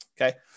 Okay